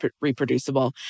reproducible